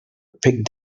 picked